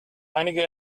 einige